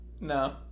No